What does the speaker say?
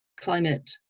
climate